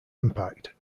impact